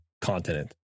continent